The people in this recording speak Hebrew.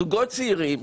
זוגות צעירים,